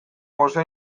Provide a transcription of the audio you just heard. gosea